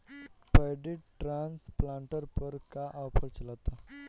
Paddy transplanter पर का offer चलता?